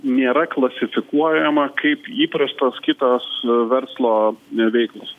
nėra klasifikuojama kaip įprastos kitos verslo veiklos